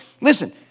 listen